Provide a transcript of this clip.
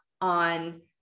on